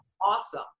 Awesome